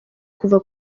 kuva